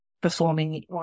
performing